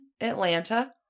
Atlanta